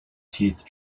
teeth